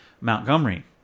Montgomery